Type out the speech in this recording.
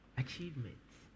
achievements